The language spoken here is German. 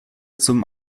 zum